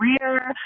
career